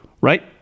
right